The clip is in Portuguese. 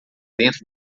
dentro